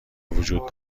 وجود